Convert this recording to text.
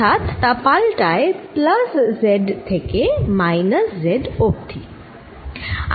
অর্থাৎ তা পাল্টায় প্লাস z থেকে মাইনাস z অব্ধি